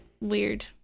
weird